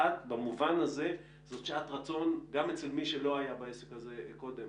במובן הזה זו שעת רצון גם אצל מי שלא היה בעסק הזה קודם,